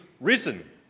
risen